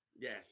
Yes